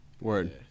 Word